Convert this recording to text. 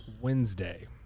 Wednesday